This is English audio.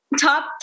Top